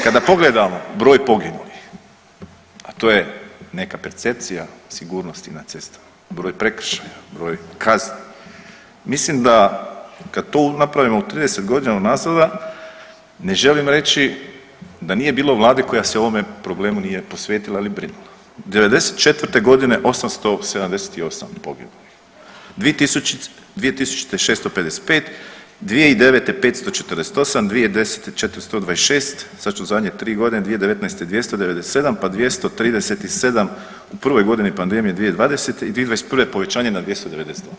Kada pogledamo broj poginulih, a to je neka percepcija sigurnosti na cestama, broj prekršaja, broj kazni, mislim da kad to napravimo u 30 godina unazada, ne želim reći da nije bilo vlade koja se o ovome problemu nije posvetila ili brinula. '94. g. 878 poginulih, 2000. 655, 2009. 548, 2010. 426, sad ću zadnje 3 godine, 2019. 297 pa 237 u prvoj godini pandemije 2020. i 2021. povećanje na 292.